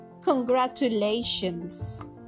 Congratulations